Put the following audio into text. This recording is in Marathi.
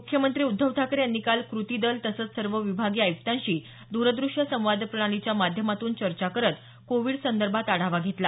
मुख्यमंत्री उद्धव ठाकरे यांनी काल क्रती दल तसंच सर्व विभागीय आयुक्तांशी द्रद्रश्य संवाद प्रणालीच्या माध्यमातून चर्चा करत कोविडसंदर्भात आढावा घेतला